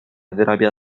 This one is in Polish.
wyrabia